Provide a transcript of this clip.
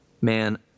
man—